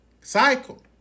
cycle